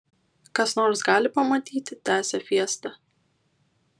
kas nors gali pamatyti tęsė fiesta